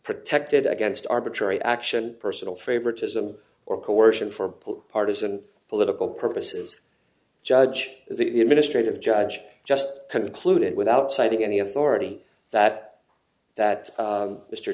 protected against arbitrary action personal favorite is a or coercion for pl partisan political purposes judge the administrative judge just concluded without citing any authority that that